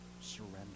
surrender